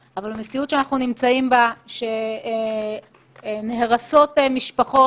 אבל המציאות שאנחנו נמצאים בה היא שנהרסות משפחות,